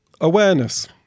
Awareness